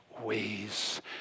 ways